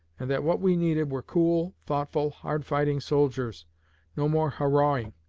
and that what we needed were cool, thoughtful, hard-fighting soldiers no more hurrahing,